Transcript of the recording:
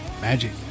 Magic